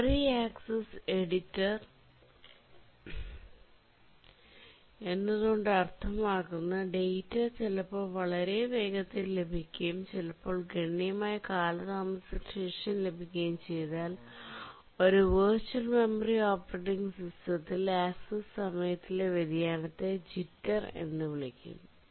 memory access editor എന്നതുകൊണ്ട് അർത്ഥമാക്കുന്നത് data ചിലപ്പോൾ വളരെ വേഗത്തിൽ ലഭിക്കുകയും ചിലപ്പോൾ ഗണ്യമായ കാലതാമസത്തിന് ശേഷം ലഭിക്കുകയും ചെയ്താൽ ഒരു വിർച്വൽ മെമ്മറി ഓപ്പറേറ്റിംഗ് സിസ്റ്റത്തിൽ ആക്സസ് സമയത്തിലെ വ്യതിയാനത്തെ ജിറ്റർ എന്ന് വിളിക്കുന്നു